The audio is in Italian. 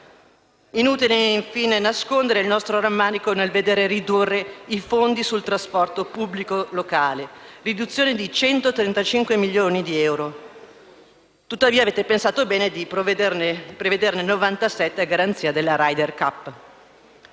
inutile nascondere il nostro rammarico nel veder ridurre i fondi sul trasporto pubblico locale per un ammontare pari a 135 milioni di euro, nel mentre avete pensato bene di prevederne 97 a garanzia della Ryder Cup.